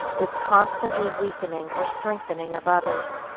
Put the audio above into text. this constantly weakening or strengthening of others.